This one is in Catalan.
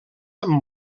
amb